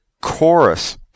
chorus